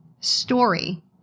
story